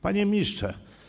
Panie Ministrze!